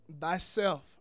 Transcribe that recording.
thyself